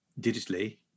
digitally